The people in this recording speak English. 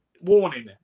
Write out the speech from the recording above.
warning